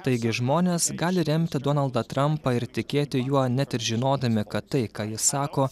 taigi žmonės gali remti donaldą trampą ir tikėti juo net ir žinodami kad tai ką jis sako